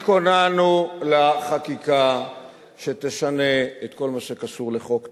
התכוננו לחקיקה שתשנה את כל מה שקשור לחוק טל.